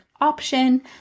option